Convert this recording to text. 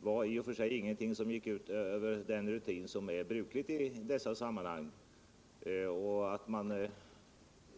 var ingenting som gick utöver den rutin som är bruklig i dessa sammanhang.